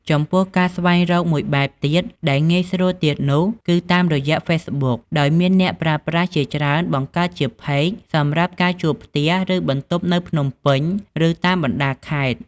ចំពោះការស្វែងរកមួយបែបទៀតដែលងាយស្រួលទៀតនោះគឺតាមរយះ ហ្វេសប៊ុក ដោយមានអ្នកប្រើប្រាស់ជាច្រើនបង្កើតជា ផេក សម្រាប់ការជួលផ្ទះ ឬបន្ទប់នៅភ្នំពេញ ឬតាមបណ្ដាខេត្ត។